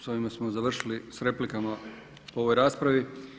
S ovime smo završili sa replikama po ovoj raspravi.